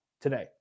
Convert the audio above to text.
today